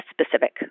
specific